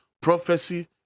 prophecy